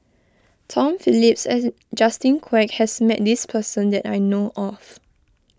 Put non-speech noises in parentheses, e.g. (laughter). Tom Phillips (unintelligible) Justin Quek has met this person that I know of